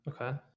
Okay